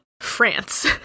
France